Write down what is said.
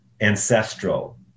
ancestral